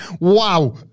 Wow